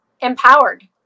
Empowered